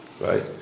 Right